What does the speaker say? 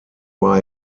war